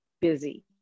busy